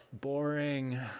boring